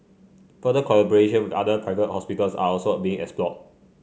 further collaboration with other private hospitals are also a being explored